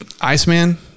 Iceman